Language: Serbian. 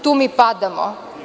Tu mi padamo.